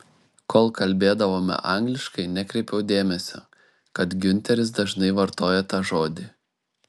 kol kalbėdavome angliškai nekreipiau dėmesio kad giunteris dažnai vartoja tą žodį